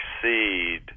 succeed